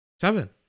Seven